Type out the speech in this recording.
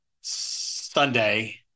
sunday